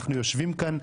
אנחנו יושבים כאן,